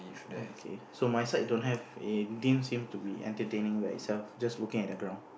okay so my side don't have it seems to be entertaining himself just looking at the ground